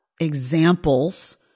examples